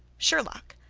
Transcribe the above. sherlock,